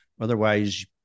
Otherwise